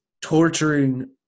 torturing